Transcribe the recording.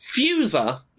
Fuser